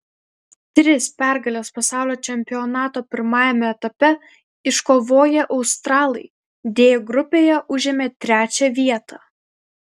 tris pergales pasaulio čempionato pirmajame etape iškovoję australai d grupėje užėmė trečią vietą